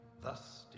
thus